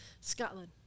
Scotland